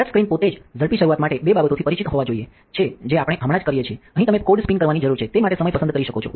touchscreen પોતે જ ઝડપી શરૂઆત માટે બે બાબતોથી પરિચિત હોવા જોઈએ છે જે આપણે હમણાં જ કરી છે અહીં તમે કોડ સ્પિન કરવાની જરૂર છે તે માટે સમય પસંદ કરી શકો છો